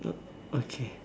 okay